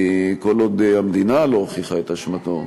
כל עוד המדינה לא הוכיחה את אשמתו,